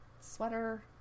sweater